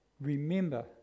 remember